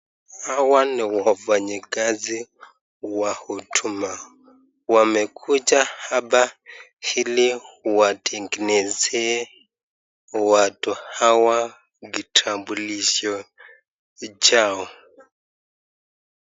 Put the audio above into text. Hawa ni wafanyikazi wa huduma wamekuja hapa hili watengenezee watu hawa kitambulisho chao.